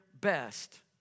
best